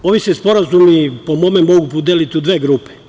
Ovi se sporazumi mogu podeliti u dve grupe.